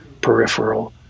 peripheral